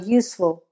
useful